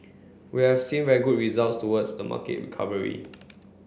we have seen very good results towards the market recovery